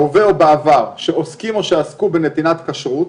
בהווה או בעבר, שעוסקים או שעסקו בנתינת כשרות,